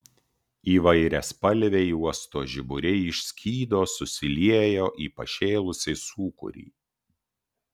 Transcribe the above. įvairiaspalviai uosto žiburiai išskydo susiliejo į pašėlusį sūkurį